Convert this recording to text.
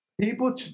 People